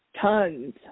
Tons